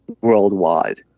worldwide